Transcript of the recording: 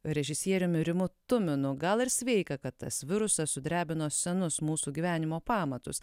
režisieriumi rimu tuminu gal ir sveika kad tas virusas sudrebino senus mūsų gyvenimo pamatus